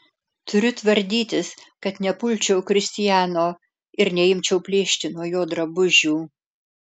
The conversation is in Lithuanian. turiu tvardytis kad nepulčiau kristiano ir neimčiau plėšti nuo jo drabužių